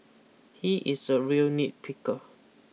he is a real nitpicker